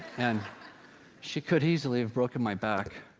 and she could easily have broken my back.